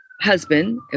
husband